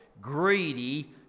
greedy